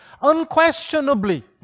unquestionably